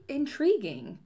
intriguing